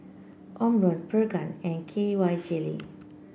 Omron Pregain and K Y Jelly